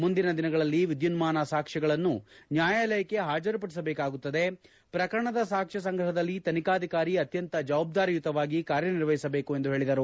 ಮುಂದಿನ ದಿನಗಳಲ್ಲಿ ವಿದ್ಯನ್ದಾನ ಸಾಕ್ಷ್ಮಗಳನ್ನೂ ನ್ಯಾಯಾಲಯಕ್ಕೆ ಪಾಜರುಪಡಿಸಬೇಕಾಗುತ್ತದೆ ಪ್ರಕರಣದ ಸಾಕ್ಷ್ಯ ಸಂಗ್ರಹದಲ್ಲಿ ತನಿಖಾಧಿಕಾರಿ ಅತ್ಯಂತ ಜವಾಬ್ದಾರಿಯುತವಾಗಿ ಕಾರ್ಯ ನಿರ್ವಹಿಸಬೇಕು ಎಂದು ಹೇಳಿದರು